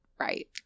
Right